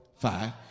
five